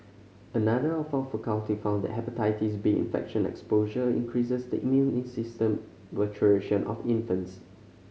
another of our faculty found that Hepatitis B infection exposure increases the immune system maturation of infants